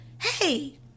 Hey